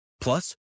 Plus